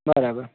બરાબર